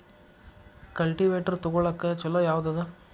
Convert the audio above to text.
Cultivator ತೊಗೊಳಕ್ಕ ಛಲೋ ಯಾವದ?